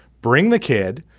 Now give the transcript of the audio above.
bring the kid.